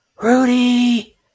Rudy